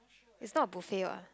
it's not buffet what